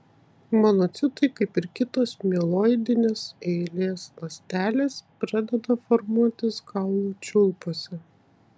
monocitai kaip ir kitos mieloidinės eilės ląstelės pradeda formuotis kaulų čiulpuose